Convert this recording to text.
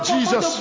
Jesus